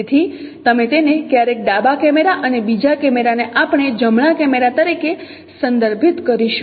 તેથી તમે તેને ક્યારેક ડાબા કેમેરા અને બીજા કેમેરા ને આપણે જમણા કેમેરા તરીકે સંદર્ભિત કરીશું